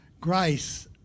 grace